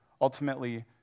ultimately